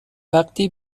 وقتی